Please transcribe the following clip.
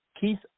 Keith